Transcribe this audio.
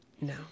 No